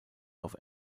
auf